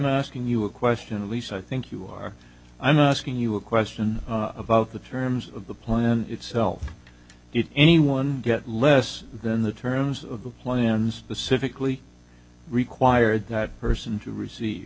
asking you a question at least i think you are i'm not asking you a question about the terms of the plan itself it anyone get less than the terms of the plans the civically required that person to receive